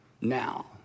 now